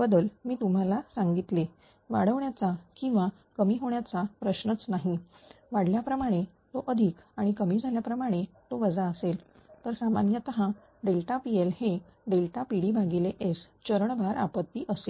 बदल मी तुम्हाला सांगितले वाढण्याचा किंवा कमी होण्याचा प्रश्नच नाहीवाढल्या प्रमाणे तो अधिक आणि कमी झाल्या प्रमाणे तो वजा असेल तर सामान्यतः PL हे PdS चरण भार आपत्ती असेल